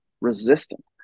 resistant